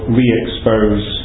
re-expose